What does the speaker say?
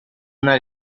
una